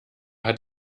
hat